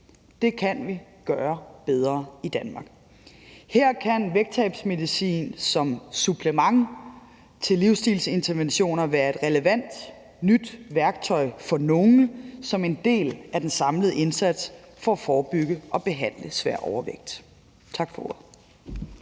Det kan vi gøre bedre i Danmark. Her kan vægttabsmedicin som supplement til livsstilsinterventioner være et relevant nyt værktøj for nogle som en del af den samlede indsats for at forebygge og behandle svær overvægt. Tak for